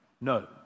No